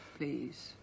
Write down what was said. Please